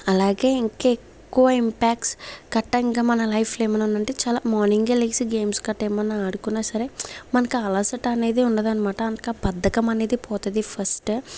అలాగే ఇంకెక్కువ ఇంపాక్ట్స్ కట్ట ఇంకా మన లైఫ్ లో ఏమన్న చాలా మార్నింగ్ ఏ లేచి గేమ్స్ కట్టా ఏమన్నా ఆడుకున్నా సరే మనకా అలసట అనేదే ఉండదానమాట ఇంకా బద్ధకం అనేది పోతుంది ఫస్ట్